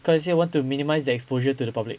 cause they want to minimize the exposure to the public